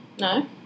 No